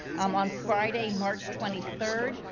um on friday, march twenty third.